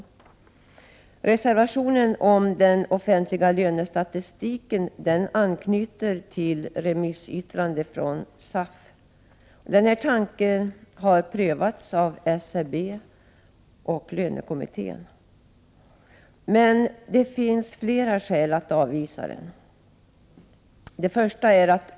Reservationen om den offentliga lönestatistiken anknyter till ett remissyttrande från SAF. Tanken har prövats av SCB och lönekommittén, men det finns flera skäl att avvisa den.